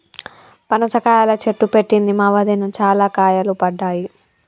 పనస కాయల చెట్టు పెట్టింది మా వదిన, చాల కాయలు పడ్డాయి